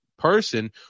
person